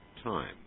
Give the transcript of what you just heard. Time